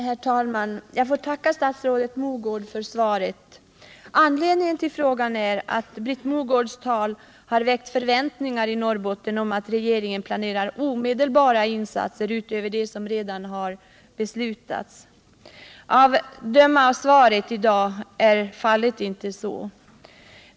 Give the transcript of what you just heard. Herr talman! Jag får tacka statsrådet Mogård för svaret. Anledningen till frågan är att Britt Mogårds tal har väckt förväntningar i Norrbotten om att regeringen planerar omedelbara insatser utöver dem som redan har beslutats. Att döma av svaret i dag är så emellertid inte fallet.